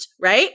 right